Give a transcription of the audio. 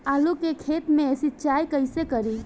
आलू के खेत मे सिचाई कइसे करीं?